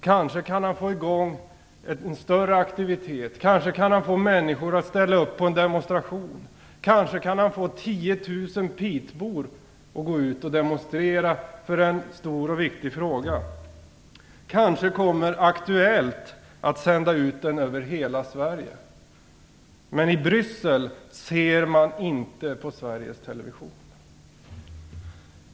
Kanske kan han få i gång en större aktivitet. Kanske kan han få människor att ställa upp på en demonstration. Kanske kan han få 10 000 pitebor att gå ut och demonstrera för en stor och viktig fråga. Kanske kommer Aktuellt att ta upp frågan i en sändning över hela Sverige. Men i Bryssel ser man inte på Sveriges television.